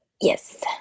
Yes